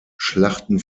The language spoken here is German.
schlachten